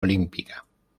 olímpica